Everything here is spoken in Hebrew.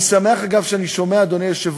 אני שמח, אגב, שאני שומע, אדוני היושב-ראש,